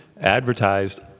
advertised